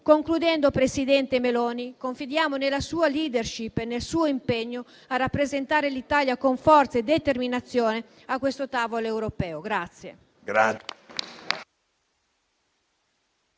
Concludendo, presidente Meloni, confidiamo nella sua *leadership* e nel suo impegno a rappresentare l'Italia con forza e determinazione a questo tavolo europeo.